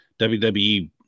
WWE